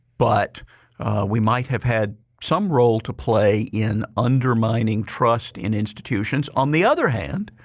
but we might have had some role to play in undermining trust in institutions. on the other hand,